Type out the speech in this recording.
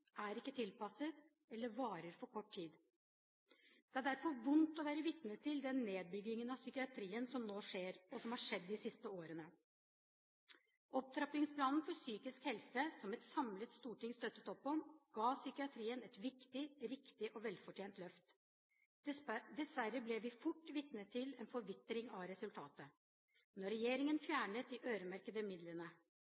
ikke er tilpasset eller varer for kort tid. Det er derfor vondt å være vitne til den nedbyggingen av psykiatrien som nå skjer, og som har skjedd de siste årene. Opptrappingsplanen for psykisk helse som et samlet storting støttet opp om, ga psykiatrien et viktig, riktig og velfortjent løft. Dessverre ble vi fort vitner til en forvitring av resultatet, da regjeringen